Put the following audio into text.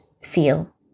feel